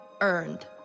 earned